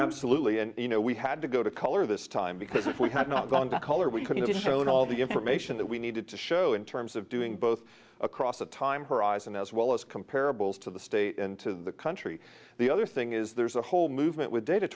absolutely and you know we had to go to color this time because if we had not done the color we couldn't just showed all the information that we needed to show in terms of doing both across a time horizon as well as comparables to the state and to the country the other thing is there's a whole movement with data